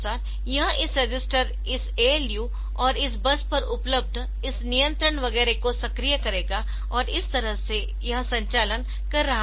तदनुसार यह इस रजिस्टर इस ALU और इस बस पर उपलब्ध इस नियंत्रण वगैरह को सक्रिय करेगा और इस तरह से यह संचालन कर रहा होगा